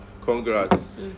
Congrats